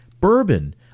bourbon